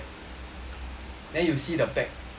then you will see the pack